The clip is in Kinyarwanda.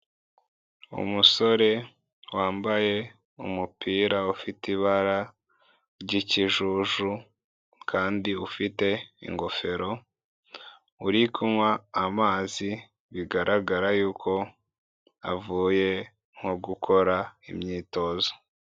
Umusore wambaye umupira ufite ibara ry'ikijuju kandi ufite ingofero, uri kunywa amazi, bigaragara yuko avuye nko gukora imyitozo.